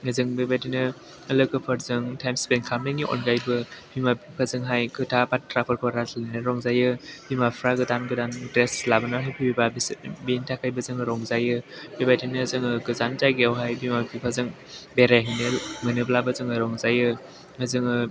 जों बेबादिनो लोगोफोरजों टाइम स्पेन्ड खालामनायनि अनगायैबो बिमा बिफाजों खोथा बाथ्राफोरखौ रायज्लायनानैहाय रंजायो बिमाफोरा गोदान गोदान ड्रेस लाबोना होफैबा बेनि थाखायबो जोंङो रंजायो बेबायदिनो जोङो गोजान जायगायावहाय बिमा बिफाजों बेरायहैनो मोनोब्लाबो जोङो रंजायो जोङो